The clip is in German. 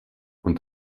und